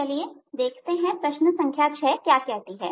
चलिए देखते हैं कि प्रश्न संख्या 6 क्या कहती है